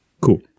Cool